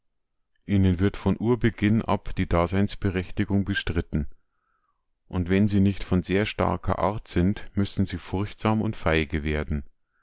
ihnen wird von urbeginn ab die daseinsberechtigung bestritten und wenn sie nicht von sehr starker art sind müssen sie furchtsam und feige werden